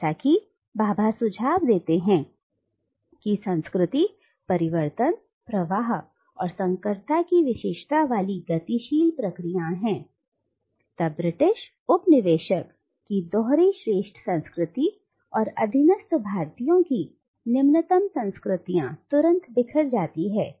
जैसा कि भाभा सुझाव देते हैं कि संस्कृति परिवर्तन प्रवाह और संकरता की विशेषता वाली गतिशील प्रक्रियाएं हैं तब ब्रिटिश उपनिवेशक की दोहरी श्रेष्ठ संस्कृति और अधीनस्थ भारतीयों की निम्नतम संस्कृतियों तुरंत बिखर जाती हैं